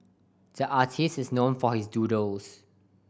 the artist is known for his doodles